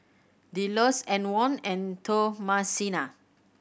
Delos Antwon and Thomasina